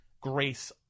Grace